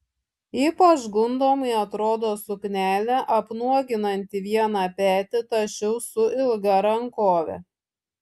ypač gundomai atrodo suknelė apnuoginanti vieną petį tačiau su ilga rankove